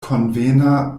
konvena